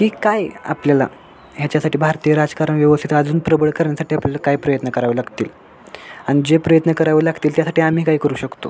की काय आपल्याला ह्याच्यासाठी भारतीय राजकारण व्यवस्थित अजून प्रबळ करण्यासाठी आपल्याला काय प्रयत्न करावे लागतील आणि जे प्रयत्न करावे लागतील त्यासाठी आम्ही काय करू शकतो